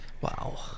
Wow